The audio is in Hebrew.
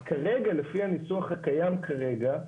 אז כרגע, לפי הניסוח הקיים כרגע,